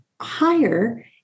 higher